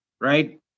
right